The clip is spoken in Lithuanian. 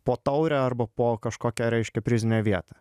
po taurę arba po kažkokią reiškia prizinę vietą